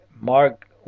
Mark